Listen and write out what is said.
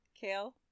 Kale